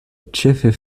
ĉefe